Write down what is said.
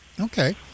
okay